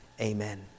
Amen